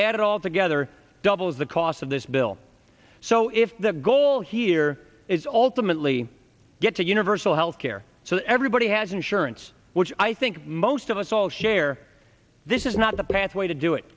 add it all together doubles the last of this bill so if the goal here is ultimately get to universal health care so that everybody has insurance which i think most of us all share this is not the pathway to do it